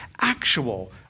actual